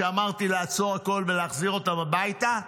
כשאמרתי לעצור הכול ולהחזיר אותם הביתה,